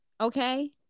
Okay